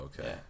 okay